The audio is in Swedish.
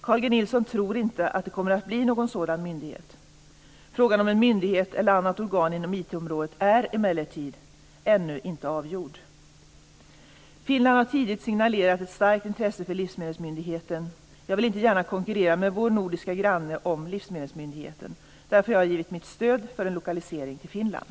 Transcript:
Carl G Nilsson tror inte att det kommer att bli någon sådan myndighet. Frågan om en myndighet eller annat organ inom IT-området är emellertid ännu inte avgjord. Finland har tidigt signalerat ett starkt intresse för livsmedelsmyndigheten. Jag vill inte gärna konkurrera med vår nordiska granne om livsmedelsmyndigheten. Jag har därför givit mitt stöd för en lokalisering till Finland.